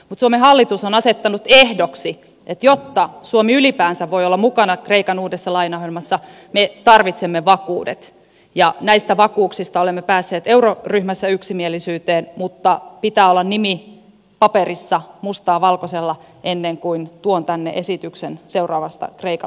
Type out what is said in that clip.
mutta suomen hallitus on asettanut ehdoksi että jotta suomi ylipäänsä voi olla mukana kreikan uudessa lainaohjelmassa me tarvitsemme vakuudet ja näistä vakuuksista olemme päässeet euroryhmässä yksimielisyyteen mutta pitää olla nimi paperissa mustaa valkoisella ennen kuin tuon tänne esityksen seuraavasta kreikan lainaohjelmasta